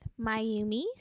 Mayumi